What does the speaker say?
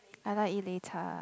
I like eat 擂茶